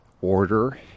order